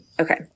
Okay